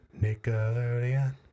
Nickelodeon